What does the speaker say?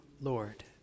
Lord